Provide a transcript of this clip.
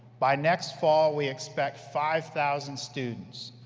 by next fall, we expect five thousand students,